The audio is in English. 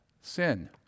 sin